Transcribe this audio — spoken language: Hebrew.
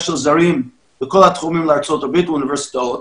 של זרים בכל התחומים לארצות הברית ולאוניברסיטאות,